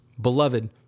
Beloved